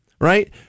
right